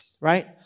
right